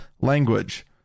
language